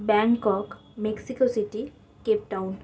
Bangkok mexico city Cape Town